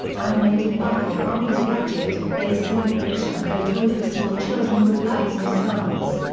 animated battle bumpers ratchet a simple push-and-go toy for small children with lights and sounds.